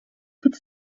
could